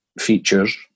features